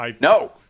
No